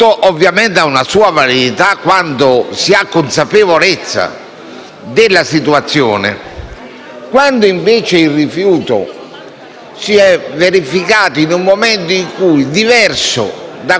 della situazione; quando invece il rifiuto si è verificato in un momento diverso da quello in cui si trova a intervenire il medico, in cui è